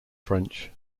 french